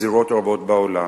בזירות רבות בעולם.